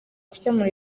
gukemura